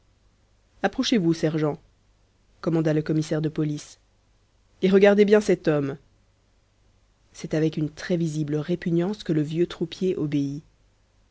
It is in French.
approchez-vous sergent commanda le commissaire de police et regardez bien cet homme c'est avec une très visible répugnance que le vieux troupier obéit